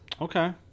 Okay